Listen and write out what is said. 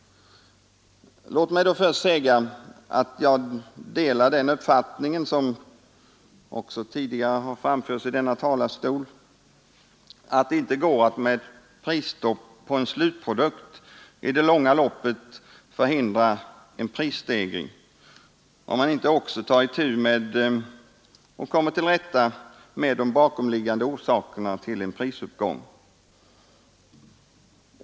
Låt mig då först säga att jag delar den uppfattning som tidigare framförts från denna talarstol, att det i det långa loppet inte går att med prisstopp på en slutprodukt förhindra en prisstegring, om man inte också tar itu med och kommer till rätta med de bakomliggande orsakerna till en prisuppgång.